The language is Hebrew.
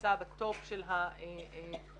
שנמצא בטופ של הפירמידה.